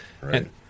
Right